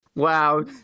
Wow